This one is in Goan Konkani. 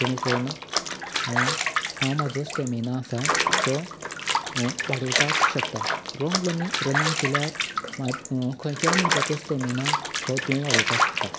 जेणें करून हांव म्हाजो स्टेमिना आसा तो वाडोवपाक शकता रोंग लनिंग रनिंग केल्यार खंयच्याय मनशाचो स्टेमिना हो तूं वाडोवपाक शकता